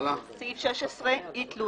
הצבעה בעד סעיף 15, 1 נגד,